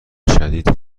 شدید